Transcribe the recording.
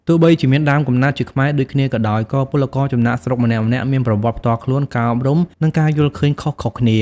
ទោះបីជាមានដើមកំណើតជាខ្មែរដូចគ្នាក៏ដោយ ក៏ពលករចំណាកស្រុកម្នាក់ៗមាន ប្រវត្តិផ្ទាល់ខ្លួន ការអប់រំ និងការយល់ឃើញខុសៗគ្នា ។